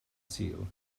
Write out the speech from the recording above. sul